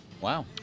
wow